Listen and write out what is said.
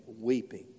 weeping